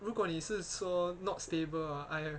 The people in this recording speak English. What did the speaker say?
如果你是说 not stable ah I a~